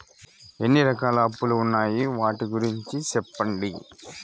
ఎన్ని రకాల అప్పులు ఉన్నాయి? వాటి గురించి సెప్పండి?